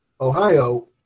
Ohio